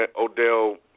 Odell